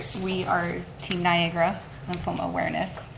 we are team niagara lymphoma awareness.